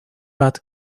bat